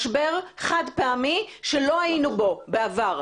משבר חד פעמי שלא היינו בו בעבר.